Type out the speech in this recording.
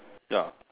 ya